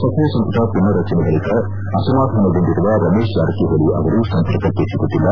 ಸಚಿವ ಸಂಪುಟ ಪುನರ್ ರಚನೆ ಬಳಿಕ ಅಸಮಾಧಾನಗೊಂಡಿರುವ ರಮೇಶ್ ಜಾರಕಿಹೊಳಿ ಅವರು ಸಂಪರ್ಕಕ್ಕೆ ಿಗುತ್ತಿಲ್ಲ